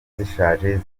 zishaje